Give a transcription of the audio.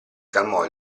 calmò